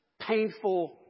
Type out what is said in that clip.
painful